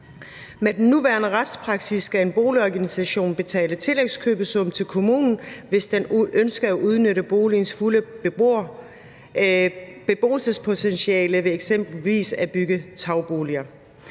Med den nuværende retspraksis skal en boligorganisation betale tillægskøbesum til kommunen, hvis den ønsker at udnytte boligens fulde beboelsespotentiale ved eksempelvis at bygge tagboliger.